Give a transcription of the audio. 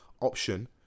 option